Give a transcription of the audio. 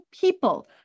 people